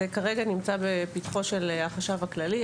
זה כרגע נמצא בפתחו של החשב הכללי.